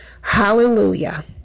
Hallelujah